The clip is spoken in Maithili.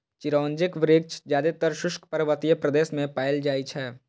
चिरौंजीक वृक्ष जादेतर शुष्क पर्वतीय प्रदेश मे पाएल जाइ छै